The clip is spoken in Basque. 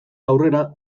aurrera